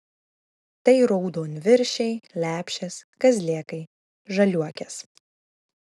tai raudonviršiai lepšės kazlėkai žaliuokės